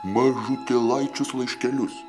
mažutėlaičius laiškelius